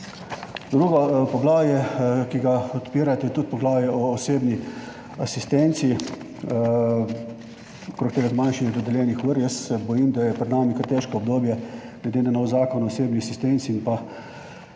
Drugo poglavje, ki ga odpirate, je tudi poglavje o osebni asistenci, okrog tega zmanjšanja dodeljenih ur. Jaz se bojim, da je pred nami kar težko obdobje glede na nov Zakon o osebni asistenci in